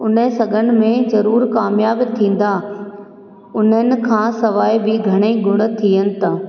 उन सघन में ज़रूरु कामियाब थींदा उन्हनि खां सवाइ बि घणेई गुण थियनि था